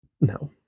No